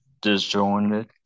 disjointed